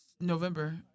November